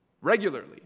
regularly